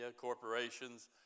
corporations